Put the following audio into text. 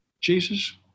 Jesus